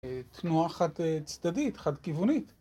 תנועה חד-צדדית, חד-כיוונית.